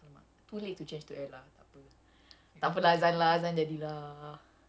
!alamak! too late to change to air lah takpe takpe lah zan lah zan jadi lah